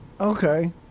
Okay